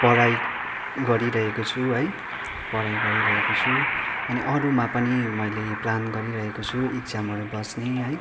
पढाइ गरिरहेको छु है पढाइ गरिरहेको छु अनि अरूमा पनि मैले प्लान गरिरहेको छु एक्जामहरू बस्ने है